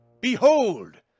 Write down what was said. Behold